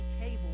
table